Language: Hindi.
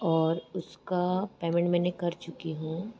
और उसका पेमेन्ट मैंने कर चुकी हूँ